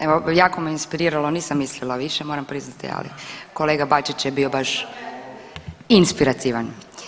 Evo, jako me inspiriralo nisam mislila više moram priznati, ali kolega Bačić je bio baš inspirativan.